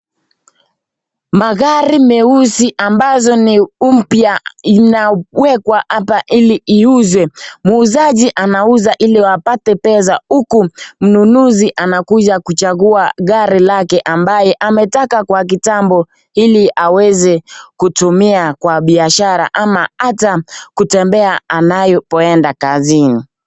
Magari meusi ambazo ni mpya inawekwa hapa ili iuze .Muuzaji anauza ili wapate pesa huku mnunuzi anakuja kuchangua gari lake ambaye ametaka kwa kitambo, ili aweze kutumia kwa biashara ama ata kutembea anapo enda kazini.